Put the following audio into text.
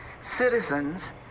citizens